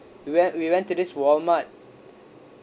we went we went to this walmart